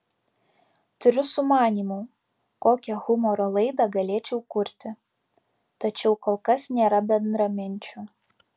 turiu sumanymų kokią humoro laidą galėčiau kurti tačiau kol kas nėra bendraminčių